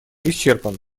исчерпан